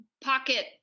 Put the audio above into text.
pocket